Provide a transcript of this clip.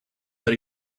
that